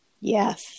Yes